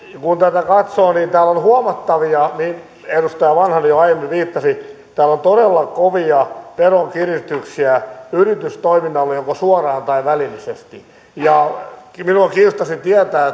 tätä katsoo niin täällä on huomattavia mihin edustaja vanhanen jo aiemmin viittasi todella kovia veronkiristyksiä yritystoiminnalle joko suoraan tai välillisesti minua kiinnostaisi tietää